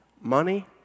money